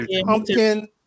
Pumpkin